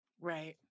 Right